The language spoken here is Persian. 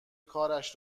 کارش